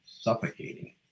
suffocating